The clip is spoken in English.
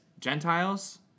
Gentiles